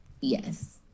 Yes